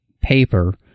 paper